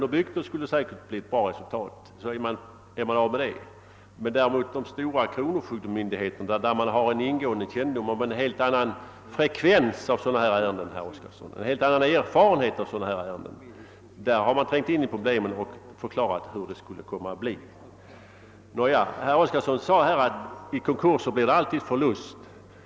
Det är det enklaste sättet att skriva, herr Oskarson, och sedan är man av med ärendet. Hos de stora krono fogdemyndigheterna har man däremot ingående kännedom om dessa ärenden, som där har helt annan frekvens. Man har därför trängt in i problemen och kan bedöma hur resultatet av förslaget skulle bii. Vid konkurser blir det alltid förlus ter, sade herr Oskarson.